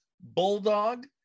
Bulldog